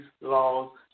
laws